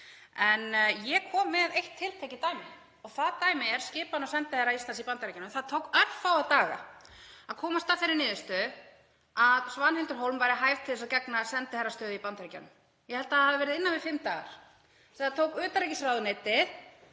en ég kom með eitt tiltekið dæmi. Það dæmi er skipan sendiherra Íslands í Bandaríkjunum. Það tók örfáa daga að komast að þeirri niðurstöðu að Svanhildur Hólm væri hæf til þess að gegna sendiherrastöðu í Bandaríkjunum. Ég held að það hafi verið innan við fimm dagar sem það tók utanríkisráðuneytið